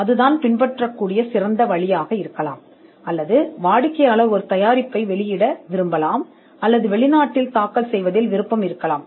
அதைப் பின்பற்றுவதற்கான சிறந்த படிப்பு அல்லது வாடிக்கையாளர் ஒரு தயாரிப்பை வெளியிட விரும்பினால் அல்லது அவர்கள் வெளிநாட்டில் தாக்கல் செய்வதில் ஆர்வம் காட்டலாம்